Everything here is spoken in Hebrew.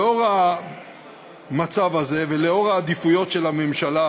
לאור המצב הזה ולאור העדיפויות של הממשלה,